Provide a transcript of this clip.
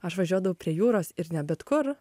aš važiuodavau prie jūros ir ne bet kur